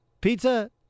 Pizza